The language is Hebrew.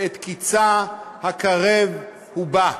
ואת קצהּ הקרב ובא,